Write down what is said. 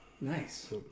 Nice